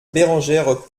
bérengère